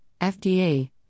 FDA